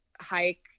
hike